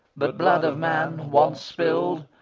but blood of man once spilled,